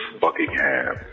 Buckingham